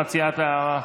מציעת הצו.